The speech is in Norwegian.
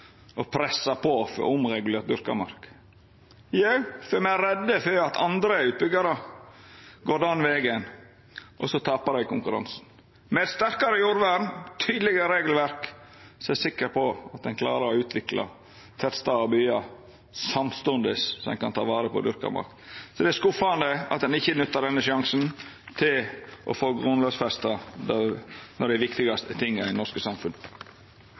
pressa på for å få omregulert dyrka mark? Jo, fordi dei er redde for at andre utbyggjarar går den vegen, og så tapar dei konkurransen. Med eit sterkare jordvern og eit tydelegare regelverk er eg sikker på at ein klarer å utvikla tettstader og byar samstundes som ein klarer å ta vare på dyrka mark. Det er skuffande at ein ikkje nyttar denne sjansen til å grunnlovfesta noko av det